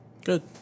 Good